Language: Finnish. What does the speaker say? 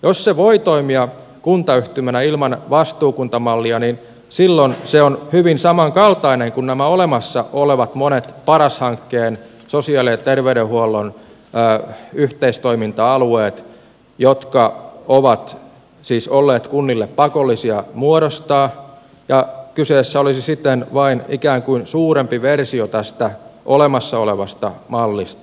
jos se voi toimia kuntayhtymänä ilman vastuukuntamallia niin silloin se on hyvin samankaltainen kuin nämä olemassa olevat monet paras hankkeen sosiaali ja terveydenhuollon yhteistoiminta alueet jotka ovat siis olleet kunnille pakollisia muodostaa ja kyseessä olisi siten vain ikään kuin suurempi versio tästä olemassa olevasta mallista